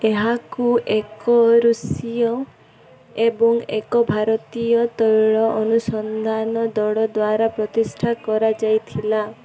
ଏହାକୁ ଏକ ରୁଷୀୟ ଏବଂ ଏକ ଭାରତୀୟ ତୈଳ ଅନୁସନ୍ଧାନ ଦଳ ଦ୍ୱାରା ପ୍ରତିଷ୍ଠା କରାଯାଇଥିଲା